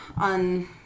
on